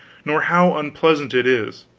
nor how unpleasant it is.